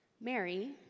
Mary